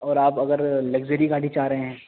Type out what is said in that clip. اور آپ اگر لگژری گاڑی چاہ رہے ہیں